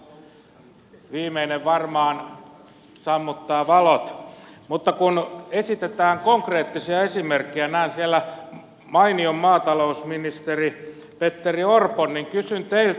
mutta kun esitetään konkreettisia esimerkkejä näen siellä mainion maatalousministeri petteri orpon niin kysyn teiltä